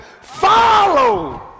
follow